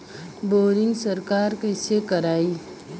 Boring सरकार कईसे करायी?